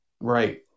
Right